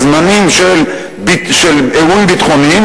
צריכה לסגת בזמנים של אירועים ביטחוניים,